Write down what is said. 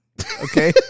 okay